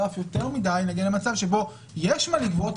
רק 3% מכלל ההליכים מחוץ לעולם עיקול